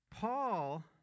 Paul